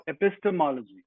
epistemology